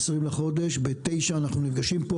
ה-20 לחודש בשעה 09:00 אנחנו נפגשים פה,